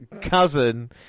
cousin